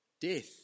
death